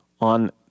on